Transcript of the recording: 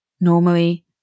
normally